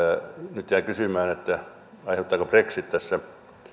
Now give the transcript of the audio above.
nyt jään kysymään aiheuttaako brexit tässä